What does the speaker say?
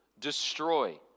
destroy